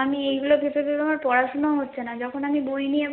আমি এইগুলো ভেবে ভেবে আমার পড়াশুনো হচ্ছে না যখন আমি বই নিয়ে